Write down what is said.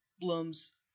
Bloom's